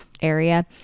area